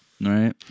Right